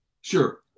Sure